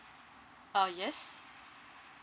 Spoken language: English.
uh yes